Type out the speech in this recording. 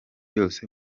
yose